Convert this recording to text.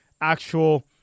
actual